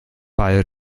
beide